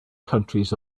countries